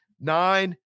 Nine